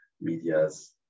medias